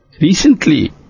Recently